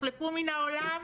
יחלפו מן העולם